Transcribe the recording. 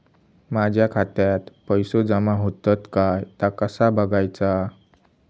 माझ्या खात्यात पैसो जमा होतत काय ता कसा बगायचा?